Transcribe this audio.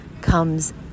comes